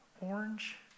orange